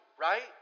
right